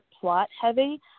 plot-heavy